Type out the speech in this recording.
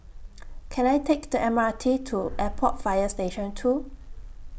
Can I Take The M R T to Airport Fire Station two